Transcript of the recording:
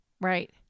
Right